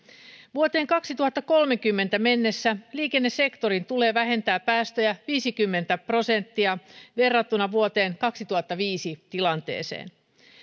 vuoteen kaksituhattakolmekymmentä mennessä liikennesektorin tulee vähentää päästöjä viisikymmentä prosenttia verrattuna vuoden kaksituhattaviisi tilanteeseen